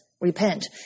repent